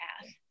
path